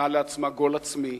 נתנה לעצמה גול עצמי,